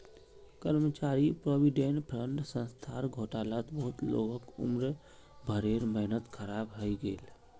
कर्मचारी provident fund संस्थार घोटालात बहुत लोगक उम्र भरेर मेहनत ख़राब हइ गेले